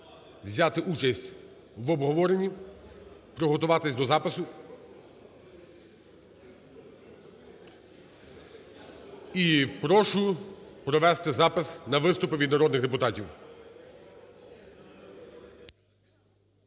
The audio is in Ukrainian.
взяти участь в обговорені, приготуватись до запису. І прошу провести запис на виступи від народних депутатів.